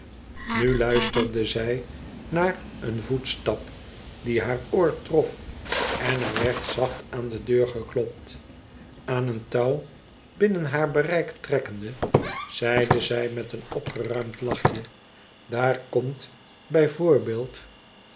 nu luisterde zij naar een voetstap die haar oor trof en er werd zacht aan de deur geklopt aan een touw binnen haar bereik trekkende zeide zij met een opgeruimd lachje daar komt bij voorbeeld